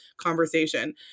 conversation